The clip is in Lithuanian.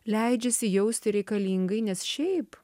leidžiasi jausti reikalingai nes šiaip